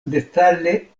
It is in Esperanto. detale